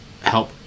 help